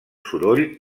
soroll